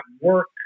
work